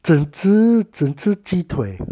整只整只鸡腿